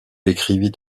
écrivit